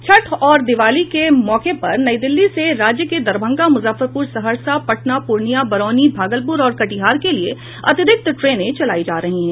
छठ और दिवाली के मौके पर नई दिल्ली से राज्य के दरभंगा मुजफ्फरपुर सहरसा पटना पूर्णिया बरौनी भागलपुर और कटिहार के लिए अतिरिक्त ट्रेनें चलाई जा रही हैं